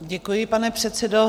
Děkuji, pane předsedo.